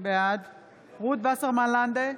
בעד רות וסרמן לנדה,